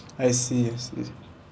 I see I see